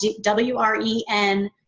w-r-e-n